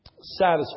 satisfied